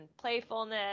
playfulness